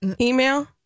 email